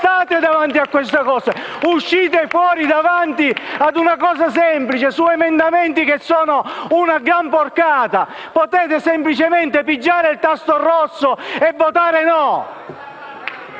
SANTANGELO *(M5S)*. Uscite fuori davanti a una cosa semplice. Su emendamenti che sono una gran porcata potete semplicemente pigiare il tasto rosso e votare no.